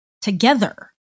together